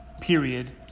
period